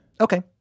Okay